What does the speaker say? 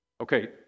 Okay